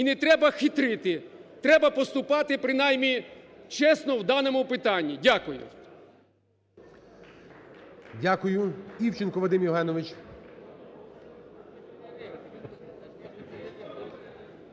І не треба хитрити. Треба поступати, принаймні, чесно у даному питанні. Дякую. ГОЛОВУЮЧИЙ. Дякую. Івченко Вадим Євгенович.